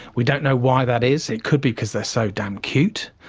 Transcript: we don't know why that is. it could be because they are so damn cute.